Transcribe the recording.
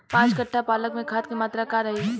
पाँच कट्ठा पालक में खाद के मात्रा का रही?